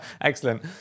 Excellent